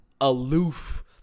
aloof